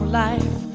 life